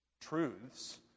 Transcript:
truths